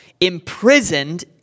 imprisoned